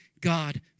God